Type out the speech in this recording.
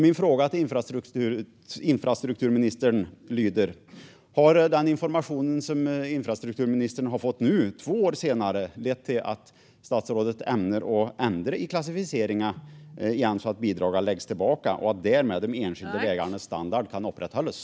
Min fråga till infrastrukturministern lyder: Har den information som infrastrukturministern fått nu, två år senare, lett till att statsrådet ämnar ändra i klassificeringen igen så att bidragen läggs tillbaka och de enskilda vägarnas standard därmed kan upprätthållas?